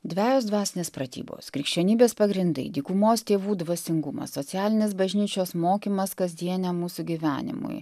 dvejos dvasinės pratybos krikščionybės pagrindai dykumos tėvų dvasingumas socialinis bažnyčios mokymas kasdieniam mūsų gyvenimui